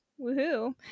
Woohoo